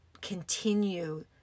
continue